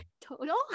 total